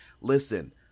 listen